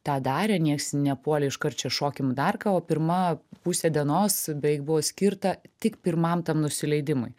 tą darė nieks nepuolė iškart čia šokim dar ką o pirma pusė dienos beveik buvo skirta tik pirmam tam nusileidimui